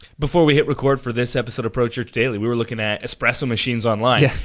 before we hit record for this episode of pro church daily, we were looking at espresso machines online,